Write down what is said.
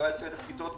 17,000 כיתות,